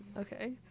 Okay